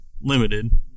limited